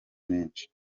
menshi